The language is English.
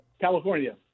California